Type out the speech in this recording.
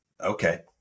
okay